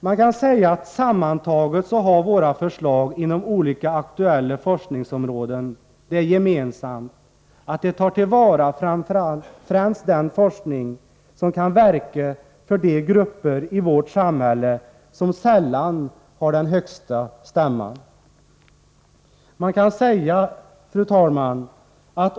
Man kan säga att våra förslag inom olika aktuella forskningsområden har det gemensamt att de tar till vara främst den forskning som kan verka för de grupper i vårt samhälle som sällan har den starkaste stämman. Fru talman!